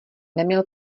neměl